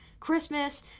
Christmas